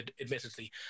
admittedly